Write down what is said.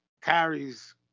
carries